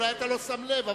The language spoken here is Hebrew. אולי אתה לא שם לב,